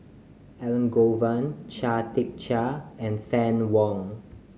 Elangovan Chia Tee Chiak and Fann Wong